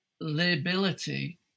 liability